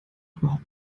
überhaupt